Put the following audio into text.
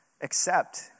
accept